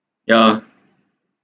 ya